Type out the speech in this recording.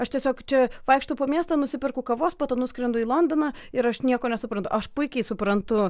aš tiesiog čia vaikštau po miestą nusiperku kavos po to nuskrendu į londoną ir aš nieko nesuprantu aš puikiai suprantu